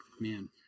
man